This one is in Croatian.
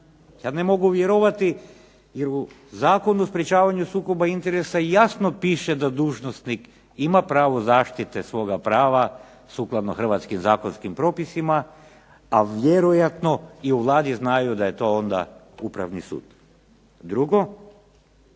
Ja ne mogu vjerovati jer u Zakonu o sprječavanju sukoba interesa jasno piše da dužnosnik ima pravo zaštite svoga prava sukladno hrvatskim zakonskim propisima, a vjerojatno i u Vladi znaju da je to onda Upravni sud. Drugo.